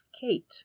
Kate